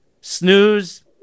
Snooze